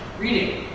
reading.